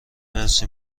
مرسی